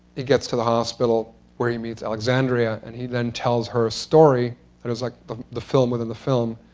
he gets to the hospital where he meets alexandria. and he then tells her a story that is like the the film within the film,